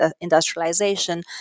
industrialization